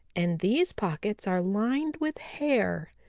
and these pockets are lined with hair.